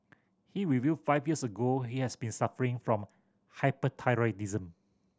he revealed five years ago he has been suffering from hyperthyroidism